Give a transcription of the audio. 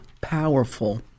powerful